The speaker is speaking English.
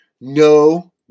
no